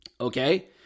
Okay